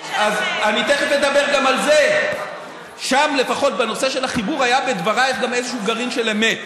על החיבור, על הכשל שלכם.